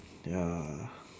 ya